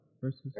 versus